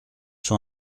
sur